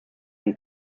und